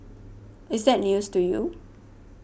is that news to you